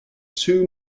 too